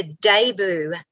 debut